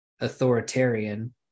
authoritarian